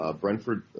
Brentford